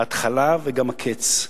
ההתחלה וגם הקץ,